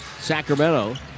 Sacramento